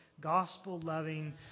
gospel-loving